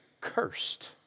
cursed